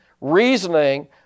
Reasoning